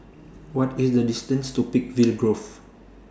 What IS The distance to Peakville Grove